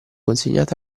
consegnato